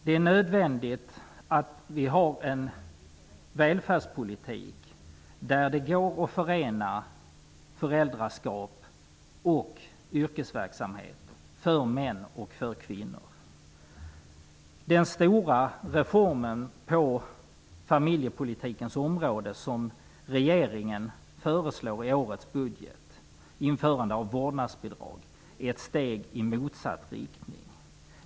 Det är nödvändigt att vi har en välfärdspolitik där det går att förena föräldraskap och yrkesverksamhet för män och för kvinnor. Den stora reformen på familjepolitikens område som regeringen föreslår i årets budget, införande av vårdnadsbidrag, är ett steg i motsatt riktning.